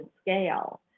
scale